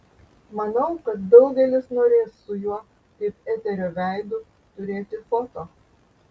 manau kad daugelis norės su juo kaip eterio veidu turėti foto